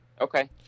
Okay